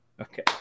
Okay